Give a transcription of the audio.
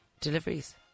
Deliveries